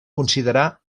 considerar